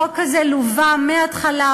החוק הזה לווה מההתחלה,